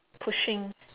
pushing